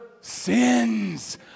sins